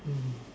mm